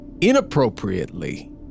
inappropriately